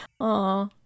Aw